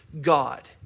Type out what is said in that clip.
God